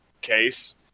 case